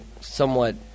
somewhat